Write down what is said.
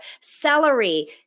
celery